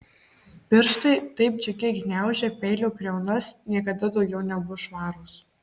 pirštai taip džiugiai gniaužę peilio kriaunas niekada daugiau nebus švarūs